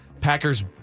Packers